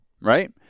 right